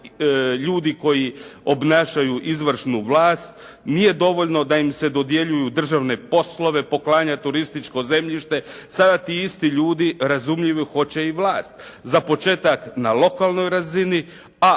ljudi koji obnašaju izvršnu vlast, nije dovoljno da im se dodjeljuju državne poslove, poklanja turističko zemljište, sada ti isti ljudi razumljivo hoće i vlast. Za početak na lokalnoj razini, a